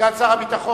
סגן שר הביטחון,